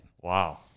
Wow